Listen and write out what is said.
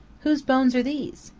whose bones are these?